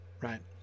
right